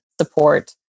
support